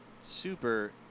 Super